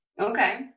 Okay